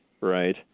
right